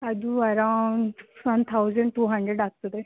ಅದು around one thousand two hundred ಆಗ್ತದೆ ರೀ